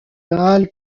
halle